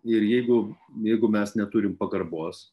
ir jeigu jeigu mes neturim pagarbos